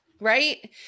Right